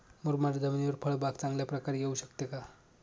मुरमाड जमिनीवर फळबाग चांगल्या प्रकारे येऊ शकते का?